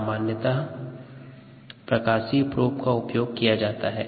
सामान्यतः प्रकाशीय प्रोब का उपयोग किया जाता है